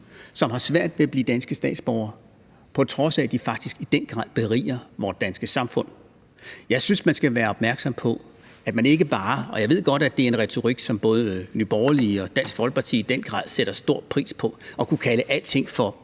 som har svært ved at blive danske statsborgere, på trods af at de faktisk i den grad beriger vort danske samfund. Jeg synes, man skal være opmærksom på det. Jeg ved godt, at det er en retorik, som både Nye Borgerlige og Dansk Folkeparti i den grad sætter stor pris på, altså at kunne kalde alting for